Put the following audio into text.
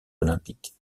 olympiques